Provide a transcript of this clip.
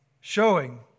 Showing